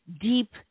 deep